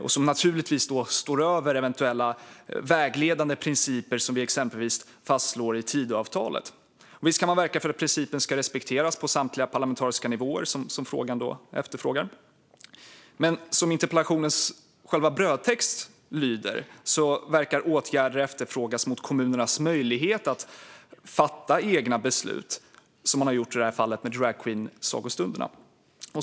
Det står naturligtvis över eventuella vägledande principer som exempelvis fastslås i Tidöavtalet. Visst kan man verka för att principen ska respekteras på samtliga parlamentariska nivåer, som efterfrågas i interpellationen, men i interpellationens brödtext verkar åtgärder efterfrågas mot kommunernas möjlighet att fatta egna beslut, som i det här fallet med dragqueensagostunderna.